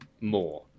More